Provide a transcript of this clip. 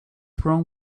wrong